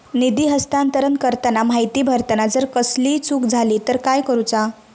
निधी हस्तांतरण करताना माहिती भरताना जर कसलीय चूक जाली तर काय करूचा?